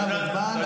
תם הזמן.